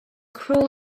crawl